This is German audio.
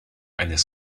eines